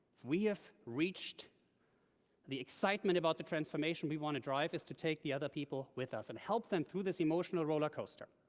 we have reached the excitement about the transformation we want to drive, is to take the other people with us, and help them through this emotional rollercoaster.